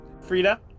Frida